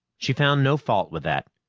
she found no fault with that.